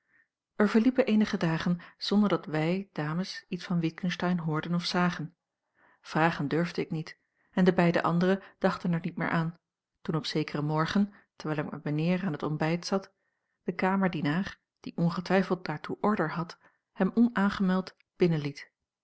er verliepen eenige dagen zonder dat wij dames iets van witgensteyn hoorden of zagen vragen durfde ik niet en de beide andere dachten er niet meer aan toen op zekeren morgen terwijl ik met mijnheer aan het ontbijt zat de kamerdienaar die ongetwijfeld daartoe order had hem onaangemeld binnenliet